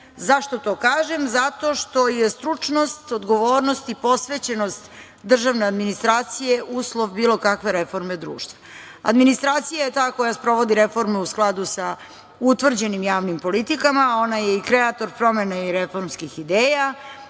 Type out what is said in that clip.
Zašto to kažem? Zato što je stručnost, odgovornost i posvećenost državne administracije uslov bilo kakve reforme društva. Administracija je ta koja sprovodi reforme u skladu sa utvrđenim javnim politikama. Ona je i kreator promene i reformskih ideja.